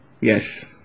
Yes